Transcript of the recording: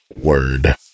word